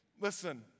Listen